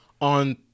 On